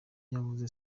navuze